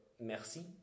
Merci